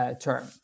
term